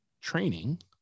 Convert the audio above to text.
training